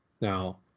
Now